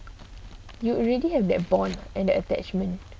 you already have that bond and the attachment